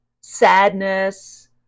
sadness